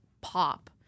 pop